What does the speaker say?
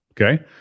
okay